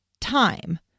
time